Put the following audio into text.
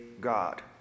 God